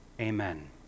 Amen